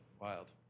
Wild